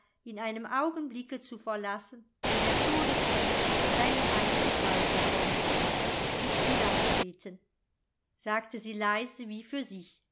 in einem augenblicke zu verlassen wo der todesengel seinen einzug halten konnte ich will auch beten sagte sie leise wie für sich